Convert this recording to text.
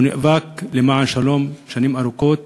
והוא נאבק למען שלום שנים ארוכות,